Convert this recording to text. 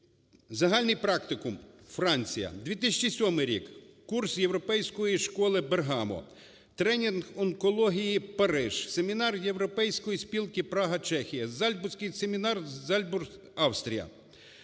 Загальний практикум, Франція. 2007 рік. Курс Європейської школи. Бергамо. Тренінг онкології, Париж. Семінар Європейської спілки Прага, Чехія. Зальцбурзький семінар, Зальцбург, Австрія.